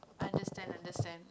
I understand I understand